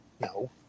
no